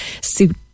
suit